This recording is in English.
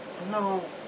No